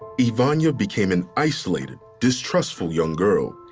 yvonnya became an isolated, distrustful young girl.